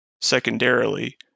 secondarily